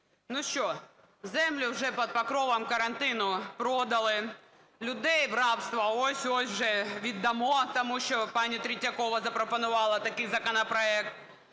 Ну що, землю вже під покровом карантину продали, людей в рабство ось-ось вже віддамо, тому що пані Третьякова запропонувала такий законопроект.